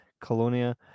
Colonia